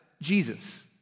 Jesus